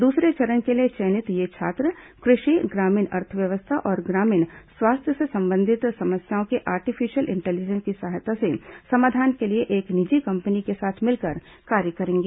दूसरे चरण के लिए चयनित ये छात्र कृषि ग्रामीण अर्थव्यवस्था और ग्रामीण स्वास्थ्य से संबंधित समस्याओं के आर्टिफिशियल इंटेलिजेंस की सहायता से समाधान के लिए एक निजी कंपनी के साथ मिलकर कार्य करेंगे